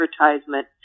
advertisement